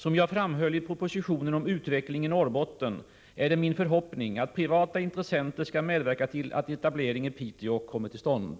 Som jag framhöll i propositionen om utvecklingen i Norrbotten är det min förhoppning att privata intressenter skall medverka till att en etablering i Piteå kommer till stånd.